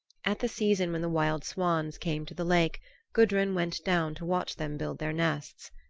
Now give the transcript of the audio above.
at the season when the wild swans came to the lake gudrun went down to watch them build their nests.